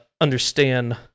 understand